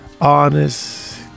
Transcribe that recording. honest